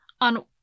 on